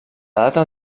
data